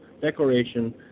Declaration